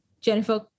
Jennifer